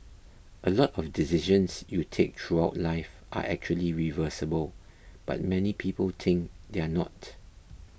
a lot of decisions you take throughout life are actually reversible but many people think they are not